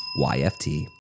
YFT